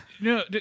no